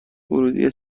ورودیه